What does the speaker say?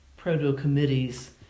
proto-committees